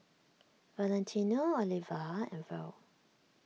Valentino Oliva and Verl